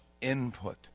input